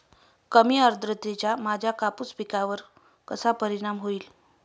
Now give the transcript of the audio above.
कमी आर्द्रतेचा माझ्या कापूस पिकावर कसा परिणाम होईल?